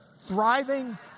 thriving